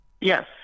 Yes